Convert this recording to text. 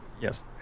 Yes